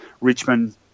richmond